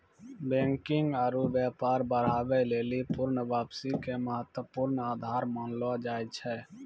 banking आरु व्यापार बढ़ाबै लेली पूर्ण वापसी के महत्वपूर्ण आधार मानलो जाय छै